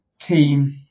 team